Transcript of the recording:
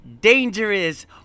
dangerous